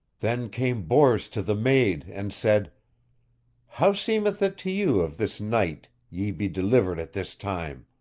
then came bors to the maid and said how seemeth it to you of this knight ye be delivered at this time?